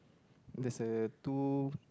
there's a two